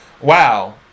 Wow